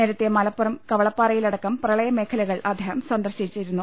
നേരത്തെ മലപ്പുറം കവളപ്പാറയടക്കം പ്രളയ മേഖലകൾ അദ്ദേഹം സന്ദർശിച്ചിരുന്നു